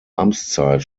amtszeit